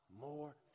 more